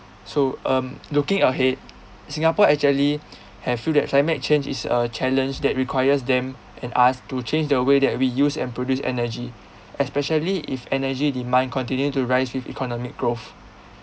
so um looking ahead singapore actually have feel that climate change is a challenge that requires them and us to change the way that we use and produce energy especially if energy demand continue to rise with economic growth